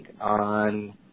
on